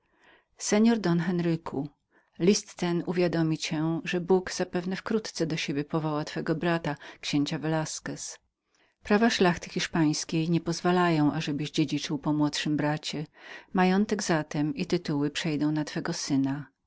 następujące wyrazy list ten uwiadomi cię że bóg zapewne wkrótce do siebie powoła księcia velasquez prawa szlachty hiszpańskiej nie pozwalają ażebyś dziedziczył po młodszym bracie majątek zatem i tytuły spadają na twego syna